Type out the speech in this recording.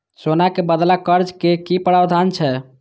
सोना के बदला कर्ज के कि प्रावधान छै?